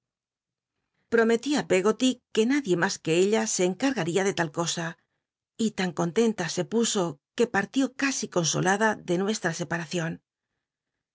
peggoty que nadie mas qnc ella se encargarí a de tal cosa y tan contenta se puso que pal'tió casi consolada ele nuestra scparacion